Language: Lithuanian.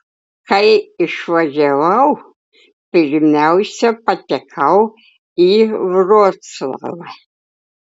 kai išvažiavau pirmiausia patekau į vroclavą